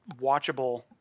watchable